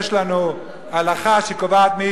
יש לנו הלכה שקובעת.